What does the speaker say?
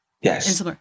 Yes